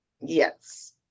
Yes